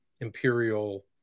imperial